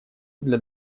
для